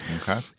Okay